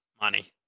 money